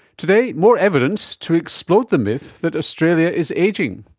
today, more evidence to explode the myth that australia is ageing.